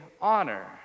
honor